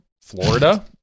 Florida